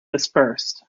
dispersed